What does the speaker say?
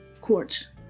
quartz